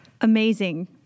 Amazing